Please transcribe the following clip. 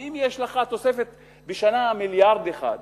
כי אם יש לך תוספת של מיליארד אחד בשנה,